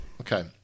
Okay